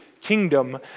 kingdom